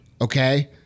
okay